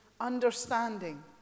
understanding